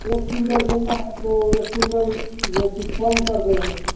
एक कूँटल लेना है तो एक कूँटल ले तो कम कर देंगे